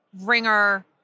ringer